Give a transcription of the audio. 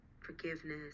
forgiveness